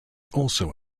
also